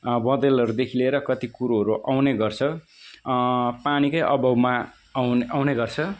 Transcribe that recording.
बँदेलहरूदेखि लिएर कति कुरोहरू आउने गर्छ पानीकै अभावमा आउने आउने गर्छ